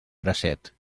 bracet